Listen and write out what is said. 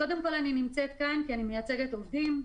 אני נמצאת כאן כי אני מייצגת עובדים.